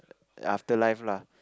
after life lah